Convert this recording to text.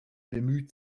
bemüht